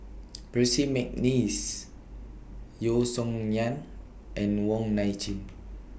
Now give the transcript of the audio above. Percy Mcneice Yeo Song Nian and Wong Nai Chin